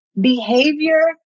behavior